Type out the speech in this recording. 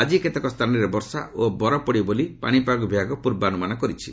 ଆଜି କେତେକ ସ୍ଥାନରେ ବର୍ଷା ଓ ବରଫ ପଡିବ ବୋଲି ପାଶିପାଗ ବିଭାଗ ପୂର୍ବାନୁମାନ କରିଛି